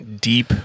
Deep